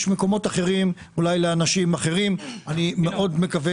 אני מאוד מקווה